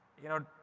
you know,